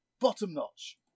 Bottom-notch